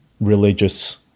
religious